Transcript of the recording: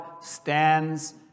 stands